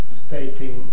stating